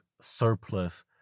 surplus